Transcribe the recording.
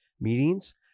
meetings